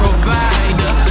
Provider